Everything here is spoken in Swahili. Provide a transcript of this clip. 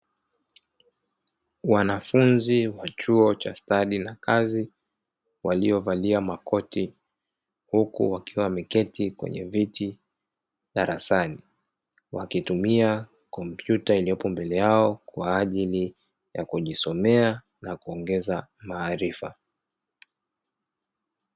Wanafunzi wa chuo cha stadi na kazi waliovalia makoti huku wakiwa wameketi kwenye viti darasani, wakitumia kompyuta iliyoko mbele yao kwa ajili ya kujisomea na kuongeza maarifa.